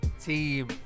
team